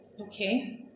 Okay